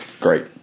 great